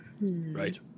right